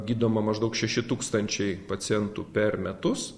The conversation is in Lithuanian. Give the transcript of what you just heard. gydoma maždaug šeši tūkstančiai pacientų per metus